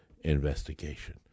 investigation